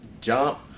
jump